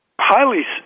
highly